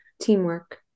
Teamwork